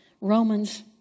Romans